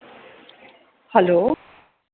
hello